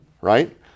right